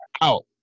out